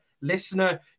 listener